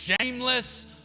shameless